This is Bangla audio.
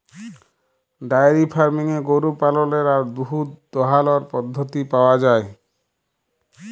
ডায়েরি ফার্মিংয়ে গরু পাললের আর দুহুদ দহালর পদ্ধতি পাউয়া যায়